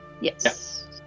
Yes